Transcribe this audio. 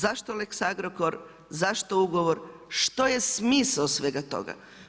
Zašto lex Agrokor, zašto ugovor, što je smisao svega toga.